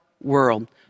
world